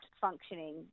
functioning